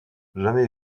jamais